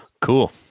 Cool